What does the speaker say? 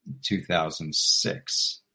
2006